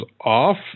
off